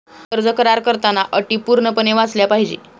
कर्ज करार करताना अटी पूर्णपणे वाचल्या पाहिजे